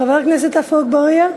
חבר הכנסת עפו אגבאריה.